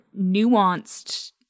nuanced